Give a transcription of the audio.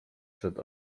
przed